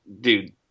dude